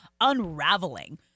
unraveling